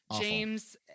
James